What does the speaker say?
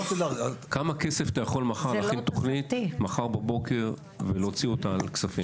כמה כסף אתה יכול מחר בבוקר להוציא תוכנית על כספים?